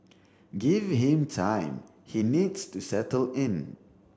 give him time he needs to settle in